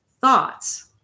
thoughts